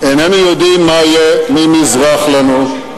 איננו יודעים מה יהיה ממזרח לנו,